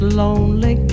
lonely